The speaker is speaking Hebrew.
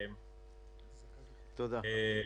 תודה.